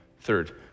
Third